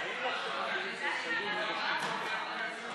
מאיר כהן, עפר שלח,